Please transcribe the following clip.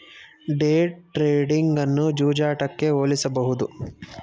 day trading ಅನ್ನು ಜೂಜಾಟಕ್ಕೆ ಹೋಲಿಸಬಹುದು